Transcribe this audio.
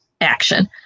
action